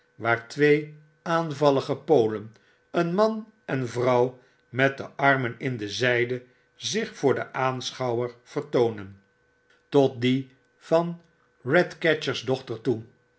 waar twee aanvallige polen een man en vrouw met de armen in de zijde zich voor den aanschouwer vertoonen tot die van katcatcher's dochter toe